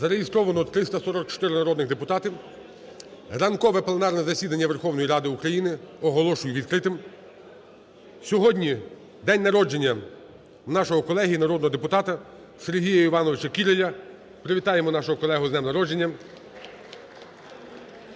Зареєстровано 344 народних депутати. Ранкове пленарне засідання Верховної Ради України оголошую відкритим. Сьогодні день народження в нашого колеги народного депутата Сергія Івановича Кіраля. Привітаємо нашого колегу з днем народження.